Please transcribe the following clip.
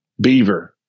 Beaver